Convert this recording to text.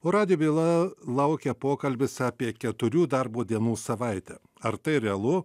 o radijo byla laukia pokalbis apie keturių darbo dienų savaitę ar tai realu